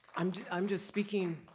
i'm i'm just speaking,